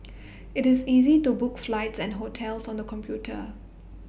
IT is easy to book flights and hotels on the computer